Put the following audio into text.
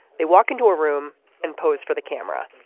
they walk into a room and pose for the camera.